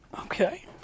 Okay